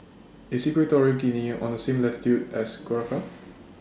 IS Equatorial Guinea on The same latitude as Curacao